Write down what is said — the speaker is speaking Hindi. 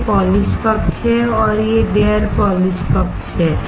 यह पॉलिश पक्ष है और यह गैर पॉलिश पक्ष है